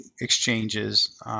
exchanges